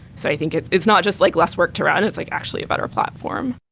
so i think it's it's not just like less work to run. it's like actually a better platform.